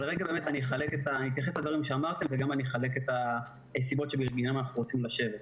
אבל אתייחס לדברים שאמרתם וגם אחלק את הסיבות שבגינן אנחנו רוצים לשבת.